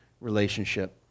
relationship